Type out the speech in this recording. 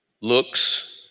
looks